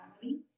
family